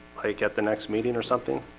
i get the next meeting or something?